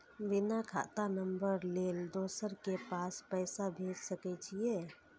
बिना खाता नंबर लेल दोसर के पास पैसा भेज सके छीए?